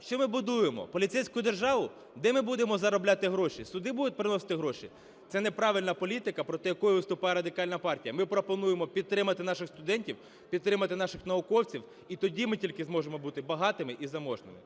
Що ми будуємо? Поліцейську державу? Де ми будемо заробляти гроші? Суди будуть приносити гроші? Це неправильна політика, проти якої виступає Радикальна партія. Ми пропонуємо підтримати наших студентів, підтримати наших науковців. І тоді ми тільки зможемо бути багатими і заможними.